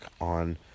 on